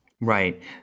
Right